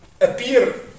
appear